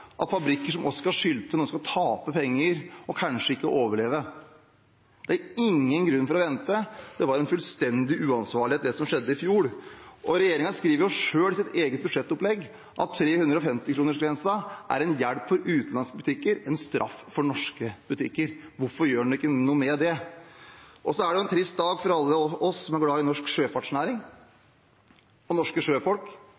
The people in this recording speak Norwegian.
at fabrikker som Oskar Sylte nå skal tape penger og kanskje ikke overleve? Det er ingen grunn til å vente, det var fullstendig uansvarlig det som skjedde i fjor. Regjeringen skriver selv i sitt eget budsjettopplegg at 350-kronersgrensen er en hjelp for utenlandske butikker og en straff for norske butikker. Hvorfor gjør man ikke noe med det? Så er det en trist dag for alle oss som er glad i norsk